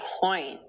point